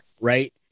Right